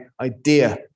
idea